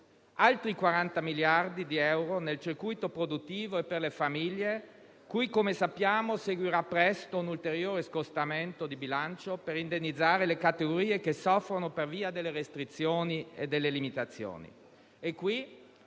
Altri 40 miliardi di euro nel circuito produttivo e per le famiglie, cui, come sappiamo, seguirà presto un ulteriore scostamento di bilancio per indennizzare le categorie che soffrono per via delle restrizioni e delle limitazioni. Il mio